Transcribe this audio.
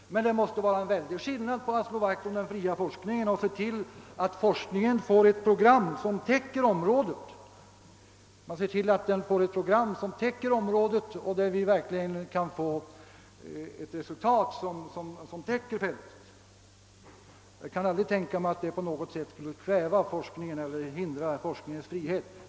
Det måste dock vara en väl dig skillnad mellan att slå vakt om den fria forskningen och att se till att forskningen får ett program som täcker området, så att vi verkligen kan nå ett allsidigt resultat. Jag kan aldrig tänka mig att det på något sätt skulle kväva forskningen eller hindra dess frihet.